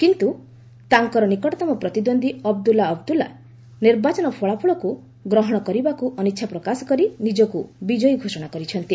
କିନ୍ତୁ ତାଙ୍କର ନିକଟତମ ପ୍ରତିଦ୍ୱନ୍ଦ୍ୱୀ ଅବଦୁଲା ଅବଦୁଲା ନିର୍ବାଚନ ଫଳାଫଳକୁ ଗ୍ରହଣ କରିବାକୁ ଅନିଚ୍ଛା ପ୍ରକାଶ କରି ନିଜକୁ ବିଜୟୀ ଘୋଷଣା କରିଛନ୍ତି